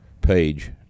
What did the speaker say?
page